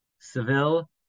Seville